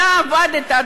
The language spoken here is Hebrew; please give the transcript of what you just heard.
אתה עבדת,